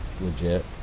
legit